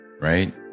Right